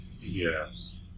Yes